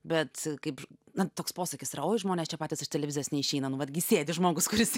bet kaip na toks posakis yra oi žmonės čia patys iš televizijos neišeina nu vat gi sėdi žmogus kuris